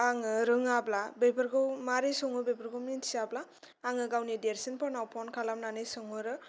आङो रोङाब्ला बेफोरखौ मारै सङो बेफोरखौ मिन्थियाब्ला आङो गावनि देरसिनफोरनाव फन खालामनानै सोंहरो